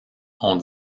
ont